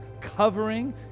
covering